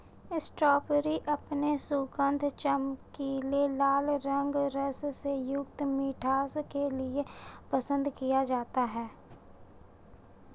strawberry अपने सुगंध, चमकीले लाल रंग, रस से युक्त मिठास के लिए पसंद किया जाता है